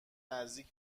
نزدیک